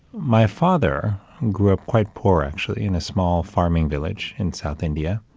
my father grew up quite poor actually in a small farming village in south india.